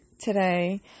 today